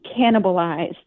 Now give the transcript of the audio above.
cannibalized